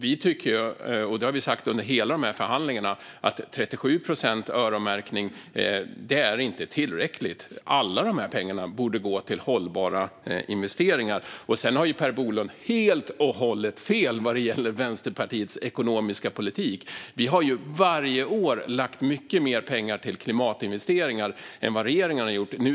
Vi har under förhandlingarna sagt att 37 procents öronmärkning inte är tillräckligt. Alla pengarna borde gå till hållbara investeringar. Sedan har Per Bolund helt och hållet fel vad gäller Vänsterpartiets ekonomiska politik. Vi har varje år lagt mycket mer pengar till klimatinvesteringar än vad regeringen har gjort.